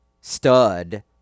stud